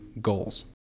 goals